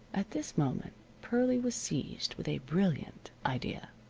at this moment pearlie was seized with a brilliant idea.